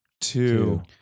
Two